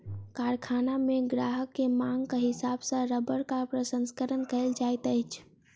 कारखाना मे ग्राहक के मांगक हिसाब सॅ रबड़क प्रसंस्करण कयल जाइत अछि